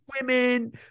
women